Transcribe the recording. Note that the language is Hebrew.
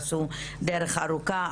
עשו דרך ארוכה.